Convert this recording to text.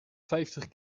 vijftig